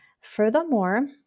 furthermore